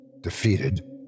defeated